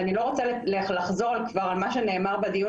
ואני לא רוצה לחזור כבר על מה שנאמר בדיון